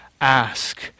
Ask